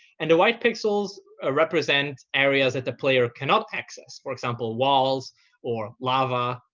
and the white pixels ah represent areas that the player cannot access for example, walls or lava,